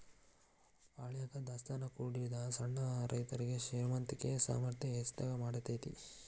ಹಳ್ಯಾಗ ದಾಸ್ತಾನಾ ಕೂಡಿಡಾಗ ಸಣ್ಣ ರೈತರುಗೆ ಶ್ರೇಮಂತಿಕೆ ಸಾಮರ್ಥ್ಯ ಹೆಚ್ಗಿ ಮಾಡತೈತಿ